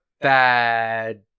bad